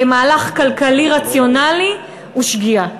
כמהלך כלכלי רציונלי הוא שגיאה,